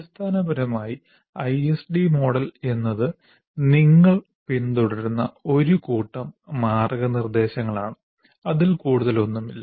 അടിസ്ഥാനപരമായി ISD model എന്നത് നിങ്ങൾ പിന്തുടരുന്ന ഒരു കൂട്ടം മാർഗ്ഗനിർദ്ദേശങ്ങളാണ് അതിൽ കൂടുതൽ ഒന്നുമില്ല